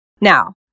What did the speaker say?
Now